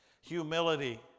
Humility